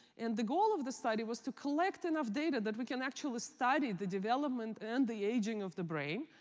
and the goal of the study was to collect enough data that we can actually study the development and the aging of the brain.